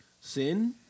sin